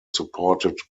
supported